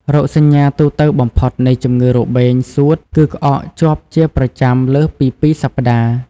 រោគសញ្ញាទូទៅបំផុតនៃជំងឺរបេងសួត គឺក្អកជាប់ជាប្រចាំលើសពី ២ សប្តាហ៍។